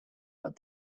what